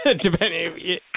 depending